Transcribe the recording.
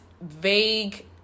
vague